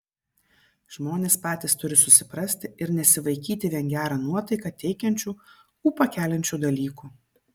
žmonės patys turi susiprasti ir nesivaikyti vien gerą nuotaiką teikiančių ūpą keliančių dalykų